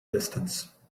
distance